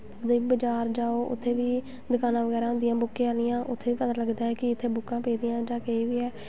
बज़ार बगैरा जाओ उत्थें बी दकानां बगैरा होंदियां बुक्कें दियां उत्थें बी पता लगदा कि इत्थें बुक्कां पेदियां जां केह् ऐ